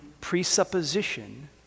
presupposition